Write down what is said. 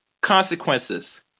consequences